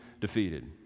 defeated